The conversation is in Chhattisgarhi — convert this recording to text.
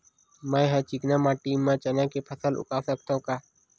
मै ह चिकना माटी म चना के फसल उगा सकथव का?